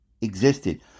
existed